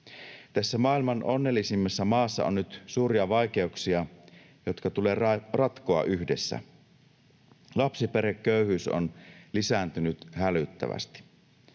Tässä maailman onnellisimmassa maassa on nyt suuria vaikeuksia, jotka tulee ratkoa yhdessä. Lapsiperheköyhyys on lisääntynyt hälyttävästi.